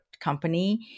company